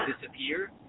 disappear